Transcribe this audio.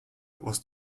was